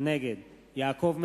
נגד יעקב מרגי,